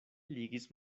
ligis